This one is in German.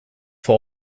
vor